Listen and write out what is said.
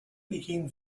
became